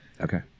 okay